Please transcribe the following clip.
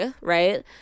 right